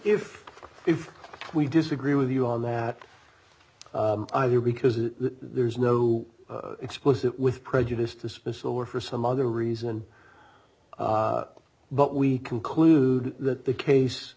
if if we disagree with you on that either because there's no explicit with prejudiced dismissal or for some other reason but we conclude that the case